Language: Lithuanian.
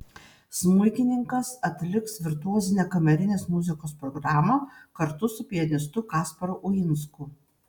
smuikininkas atliks virtuozinę kamerinės muzikos programą kartu su pianistu kasparu uinsku